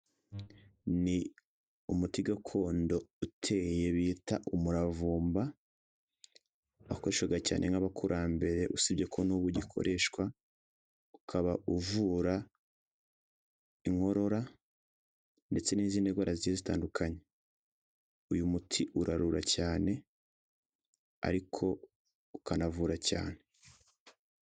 Ni umuti gakondo uteye, bita umuravumba, wakoreshaga cyane n'abakurambere, usibye ko n'ubu gikoreshwa, ukaba uvura inkorora ndetse n'izindi ndwara zigiye zitandukanye. Uyu muti urarura cyane, ariko ukanavura cyane.